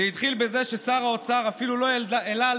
זה התחיל בזה ששר האוצר אפילו לא העלה על